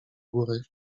góry